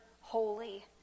holy